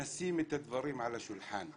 לשים את הדברים על השולחן.